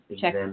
check